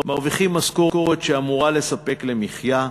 מרוויחים משכורת שאמורה לספק למחיה,